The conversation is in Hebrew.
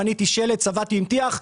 בניתי שלד וצבעתי עם טיח,